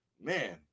man